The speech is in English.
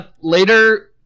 later